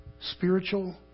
Spiritual